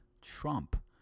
Trump